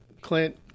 Clint